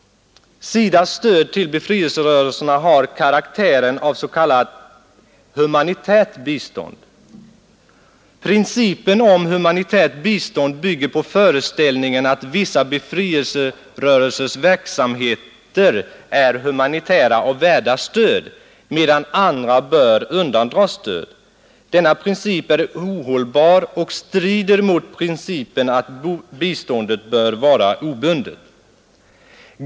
SIDA:s stöd till befrielserörelserna har karaktären av s.k. humanitärt bistånd. Principen om humanitärt bistånd bygger på föreställningen att vissa av befrielserörelsernas verksamheter är humanitära och värda stöd, medan andra bör undandras stöd. Denna princip är ohållbar och strider mot principen att biståndet bör vara obundet.